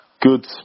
Good